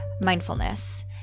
mindfulness